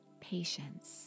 patience